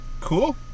cool